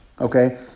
Okay